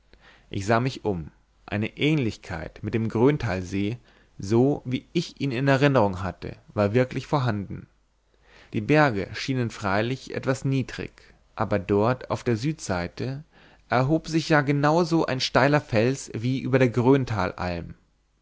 ich sah mich um eine ähnlichkeit mit dem gröntalsee so wie ich ihn in erinnerung hatte war wirklich vorhanden die berge schienen freilich etwas niedrig aber dort auf der südseite erhob sich ja genau so ein steiler fels wie über der gröntalalm